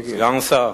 סגן שר?